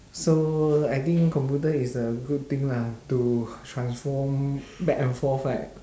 so I think computer is a good thing lah to transform back and forth right